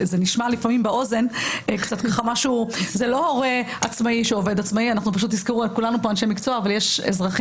זה לא הורה עצמאי שעובד באופן עצמאי, אלא זה הורה